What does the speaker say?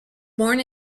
born